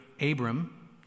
Abram